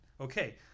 Okay